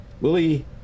Willie